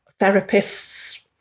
therapists